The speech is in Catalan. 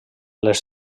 les